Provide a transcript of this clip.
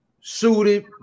suited